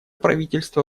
правительство